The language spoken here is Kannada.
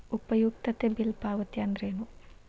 ಉಪಯುಕ್ತತೆ ಬಿಲ್ ಪಾವತಿ ಅಂದ್ರೇನು?